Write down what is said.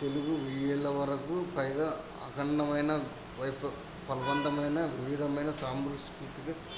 తెలుగు వేల వరకు పైగా అఖండమైన ఫలవంతమైన వివిధమైన సాంస్కృతిక